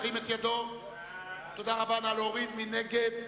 מי נגד?